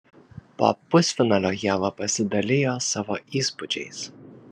po pusfinalio ieva pasidalijo savo įspūdžiais